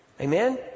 Amen